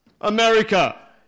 America